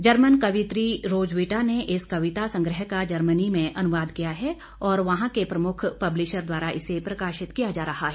German कवियत्री Roswitha ने इस कविता संग्रह का जर्मनी में अनुवाद किया है और वहां के प्रमुख पब्लिशियर द्वारा इसे प्रकाशित किया जा रहा है